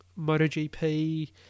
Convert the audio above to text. MotoGP